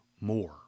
more